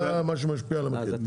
זה מה משפיע על המחיר.